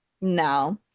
no